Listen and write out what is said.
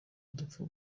udapfa